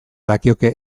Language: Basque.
dakioke